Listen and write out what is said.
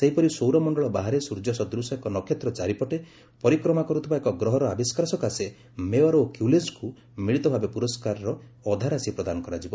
ସେହିପରି ସୌରମଣ୍ଡଳ ବାହାରେ ସ୍ୱର୍ଯ୍ୟ ସଦୂଶ ଏକ ନକ୍ଷତ୍ର ଚାରିପଟେ ପରିକ୍ରମା କରୁଥିବା ଏକ ଗ୍ରହର ଆବିଷ୍କାର ସକାଶେ ମେୟର ଓ କ୍ୟୁଲୋଜ୍ଙ୍କୁ ମିଳିତ ଭାବେ ପୁରସ୍କାରର ଅଧାରାଶି ପ୍ରଦାନ କରାଯିବ